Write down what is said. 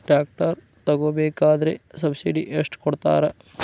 Tractor ತಗೋಬೇಕಾದ್ರೆ subsidy ಎಷ್ಟು ಕೊಡ್ತಾರ?